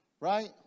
right